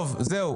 זהו.